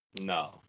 No